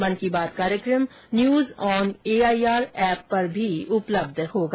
मन की बात कार्यक्रम news on AIR app पर भी उपलब्ध होगा